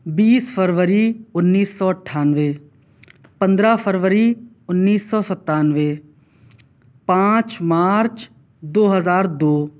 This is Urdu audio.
بیس فروری انیس سو اٹھانوے پندرہ فروری انیس سو ستانوے پانچ مارچ دو ہزار دو